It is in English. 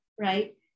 right